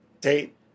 date